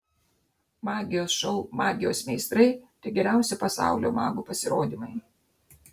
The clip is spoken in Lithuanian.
magijos šou magijos meistrai tik geriausi pasaulio magų pasirodymai